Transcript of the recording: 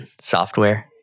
software